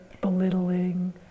belittling